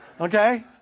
Okay